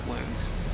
wounds